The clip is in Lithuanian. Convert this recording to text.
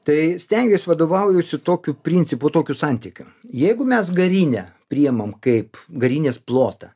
tai stengiuosi vadovaujuosiu tokiu principu tokiu santykiu jeigu mes garinę priėmam kaip garinės plotą